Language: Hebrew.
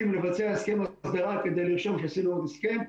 לבצע הסכם הסדרה כדי לרשום שעשינו עוד הסכם.